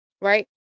Right